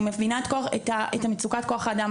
אני מבינה את מצוקת כוח האדם,